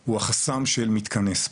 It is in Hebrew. הוא החסם של מתקני ספורט,